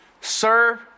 Serve